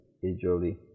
usually